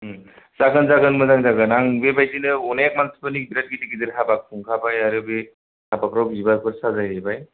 जागोन जागोन मोजां जागोन आं बेबायदिनो अनेक मानसिफोरनि बिराट गिदिर गिदिर हाबा खुंखाबाय आरो बै हाबाफ्राव बिबारफोर साजायहैबाय